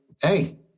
Hey